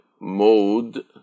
mode